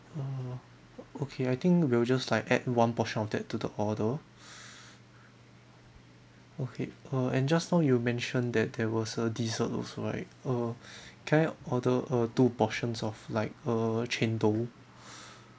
uh okay I think we'll just like add one portion of that to the order okay uh and just now you mention that there was a dessert also right uh can I order a two portions of like uh cendol